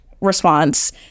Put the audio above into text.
response